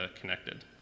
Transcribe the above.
connected